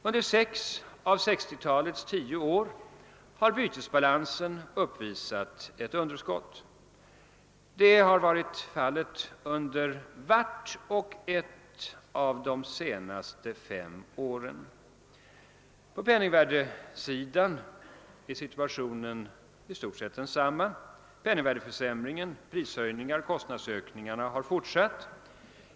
Under sex av 1960-talets tio år har bytesbalansen uppvisat ett underskott. Det har varit fallet under vart och ett av de senaste fem åren. På penningvärdesidan är situationen i stort sett densamma. Penningvärdeförsämringen, prishöjningarna och kostnadsökningarna har fortsatt.